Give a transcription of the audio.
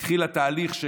התחילה תהליך,